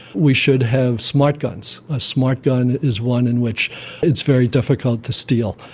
we should have smart guns. a smart gun is one in which it's very difficult to steal.